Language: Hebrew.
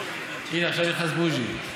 הינה, עכשיו נכנס בוז'י.